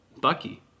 Bucky